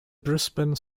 brisbane